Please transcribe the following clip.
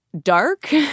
dark